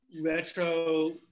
retro